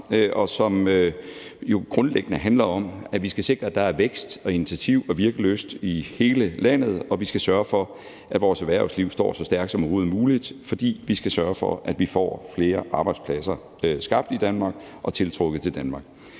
og som jo grundlæggende handler om, at vi skal sikre, at der er vækst, initiativ og virkelyst i hele landet, og at vi skal sikre, at vores erhvervsliv står så stærkt som overhovedet muligt, fordi vi skal sørge for, at vi i Danmark får skabt flere arbejdspladser, og at vi får tiltrukket flere